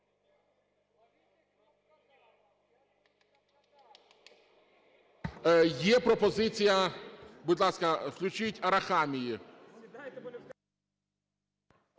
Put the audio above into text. Є пропозиція, будь ласка, включіть Арахамії.